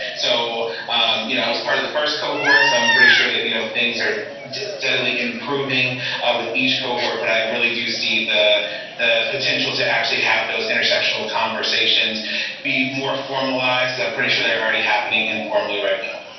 so you know i was part of the first cohort, so i'm pretty sure that you know things are just steadily improving with each cohort, but i really do see the the potential to actually have those intersectional conversations be more formalized. i'm pretty sure they're already happening informally right now.